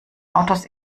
autos